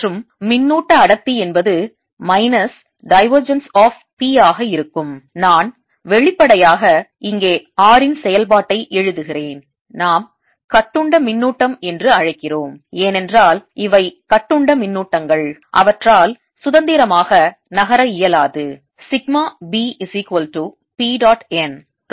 மற்றும் மின்னூட்ட அடர்த்தி என்பது மைனஸ் divergence of P ஆக இருக்கும் நான் வெளிப்படையாக இங்கே r இன் செயல்பாட்டை எழுதுகிறேன் நாம் கட்டுண்ட மின்னூட்டம் என்று அழைக்கிறோம் ஏனென்றால் இவை கட்டுண்ட மின்னூட்டங்கள் அவற்றால் சுதந்திரமாக நகர இயலாது